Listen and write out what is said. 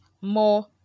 more